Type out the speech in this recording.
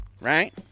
Right